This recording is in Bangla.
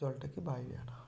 জলটাকে বাইরে আনা হয়